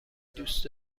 دوست